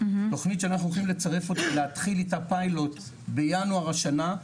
תכנית שאנחנו הולכים להתחיל איתה פיילוט בינואר השנה,